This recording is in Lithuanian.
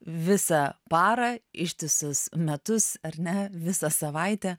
visą parą ištisus metus ar ne visą savaitę